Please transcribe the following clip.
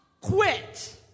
quit